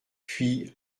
puis